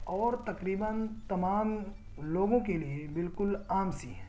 اور تقریباً تمام لوگوں کے لیے بالکل عام سی ہیں